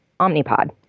Omnipod